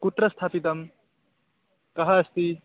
कुत्र स्थापितं कः अस्ति